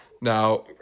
Now